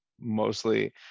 mostly